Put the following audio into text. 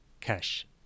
cash